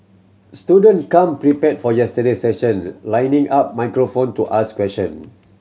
student come prepared for yesterday session lining up microphone to ask question